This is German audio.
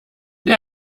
der